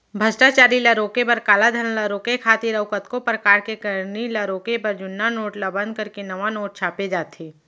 भस्टाचारी ल रोके बर, कालाधन ल रोके खातिर अउ कतको परकार के करनी ल रोके बर जुन्ना नोट ल बंद करके नवा नोट छापे जाथे